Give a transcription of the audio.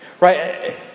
Right